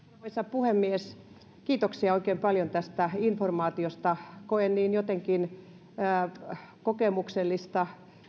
puhemies kiitoksia oikein paljon tästä informaatiosta koen jotenkin niin kokemuksellisesti